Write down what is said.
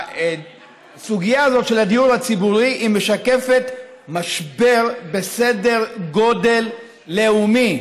הסוגיה הזו של הדיור הציבורי משקפת משבר בסדר גודל לאומי,